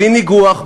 בלי ניגוח,